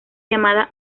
llamada